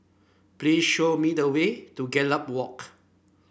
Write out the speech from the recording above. please show me the way to Gallop Walk